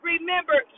Remember